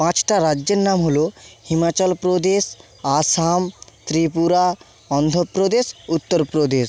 পাঁচটা রাজ্যের নাম হলো হিমাচল প্রদেশ আসাম ত্রিপুরা অন্ধপ্রদেশ উত্তরপ্রদেশ